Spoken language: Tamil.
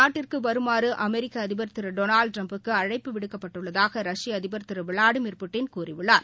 நாட்டிற்குவருமாறுஅமெரிக்கஅதிபர் திருடொனால்டுட்டிரம்புக்குஅழைப்பு கங்கள் விடுக்கப்பட்டுள்ளதாக ரஷ்ய அதிபர் திருவிளாடிமீர் புட்டின் கூறியுள்ளார்